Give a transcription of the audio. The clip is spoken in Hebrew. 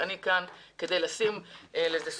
אני כאן כדי לשים לזה סוף.